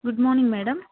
good morning madam